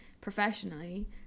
professionally